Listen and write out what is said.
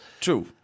True